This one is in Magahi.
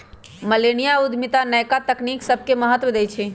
मिलेनिया उद्यमिता नयका तकनी सभके महत्व देइ छइ